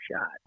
shot